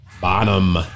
Bonham